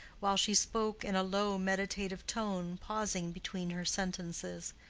while she spoke in a low meditative tone, pausing between her sentences.